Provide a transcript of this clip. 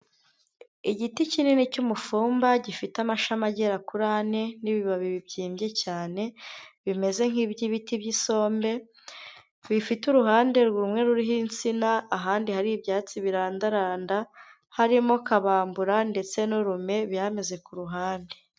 Igiti kinini cy'umufumba gifite amashami agera kuri ane n'ibibabi bibyimbye cyane bimeze nk'iby'ibiti by'isombe, bifite uruhande rumwe ruriho insina, ahandi hari ibyatsi birandaranda, harimo kabambura ndetse n'urume byameze ku ruhande.